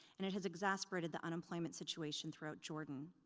and it has exasperated the unemployment situation throughout jordan.